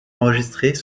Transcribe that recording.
enregistrés